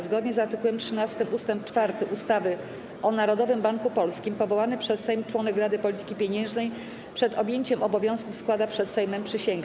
Zgodnie z art. 13 ust. 3 ustawy o Narodowym Banku Polskim powołany przez Sejm członek Rady Polityki Pieniężnej przed objęciem obowiązków składa przed Sejmem przysięgę.